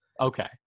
Okay